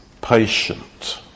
patient